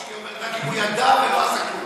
הצעת החוק שלי אומרת: רק אם הוא ידע ולא עשה כלום.